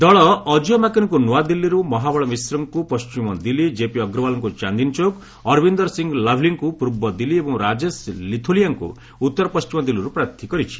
ଦଳ ଅଜୟ ମାକେନ୍ଙ୍କୁ ନୂଆଦିଲ୍ଲୀରୁ ମହାବଳ ମିଶ୍ରଙ୍କୁ ପଣ୍ଟିମ ଦିଲ୍ଲୀ ଜେପି ଅଗ୍ରୱାଲ୍ଙ୍କୁ ଚାନ୍ଦିନୀଚୌକ ଅର୍ବିନ୍ଦର ସିଂହ ଲଭ୍ଲିଙ୍କୁ ପୂର୍ବଦିଲ୍ଲୀ ଏବଂ ରାଜେଶ୍ ଲିଲୋଥିଆଙ୍କୁ ଉତ୍ତର ପଣ୍ଢିମ ଦିଲ୍ଲୀରୁ ପ୍ରାର୍ଥୀ କରିଛି